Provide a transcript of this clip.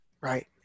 Right